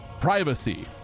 privacy